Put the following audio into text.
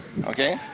Okay